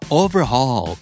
overhaul